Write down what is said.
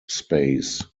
space